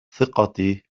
ثقتي